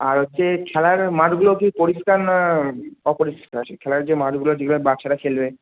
আর হচ্ছে খেলার মাঠগুলো কি পরিষ্কার না অপরিষ্কার খেলার যে মাঠগুলো যেগুলোয় বাচ্চারা খেলবে